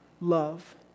love